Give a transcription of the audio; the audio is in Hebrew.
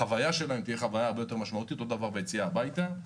החוויה שלהם תהיה חוויה הרבה יותר משמעותית ואותו דבר ביציאה הביתה.